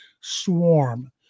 swarm